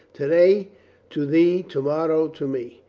to-day to thee, to-morrow to me.